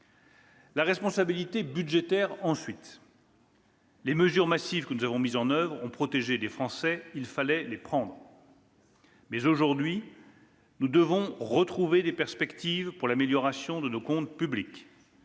la responsabilité budgétaire. « Les nombreuses mesures que nous avons mises en oeuvre ont protégé les Français. Il fallait les prendre, mais aujourd'hui nous devons retrouver des perspectives claires pour améliorer nos comptes publics.